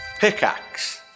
Pickaxe